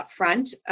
upfront